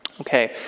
Okay